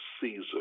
Caesar